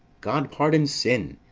god pardon sin!